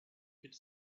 could